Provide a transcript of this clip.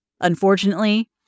Unfortunately